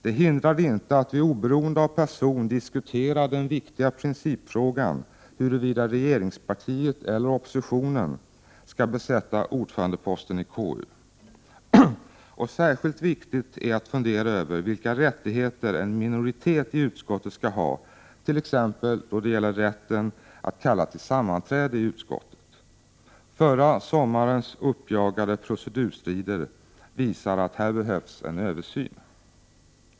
Det hindrar heller inte att vi oberoende av person diskuterar den viktiga principfrågan om huruvida regeringspartiet eller oppositionen skall besätta ordförandeposten i KU. Särskilt viktigt är det att fundera över vilka rättigheter en minoritet i utskottet skall ha, t.ex. då det gäller rätten att kalla till sammanträde i utskottet. Förra sommarens uppjagade procedurstrider visar att det behövs en översyn här.